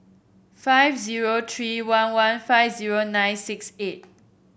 five zero three one one five zero nine six eight